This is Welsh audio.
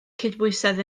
cydbwysedd